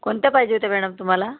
कोणत्या पाहिजे होत्या मॅडम तुम्हाला